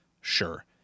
sure